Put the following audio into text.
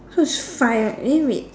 so is five right eh wait